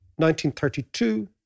1932